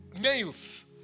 nails